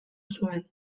zuen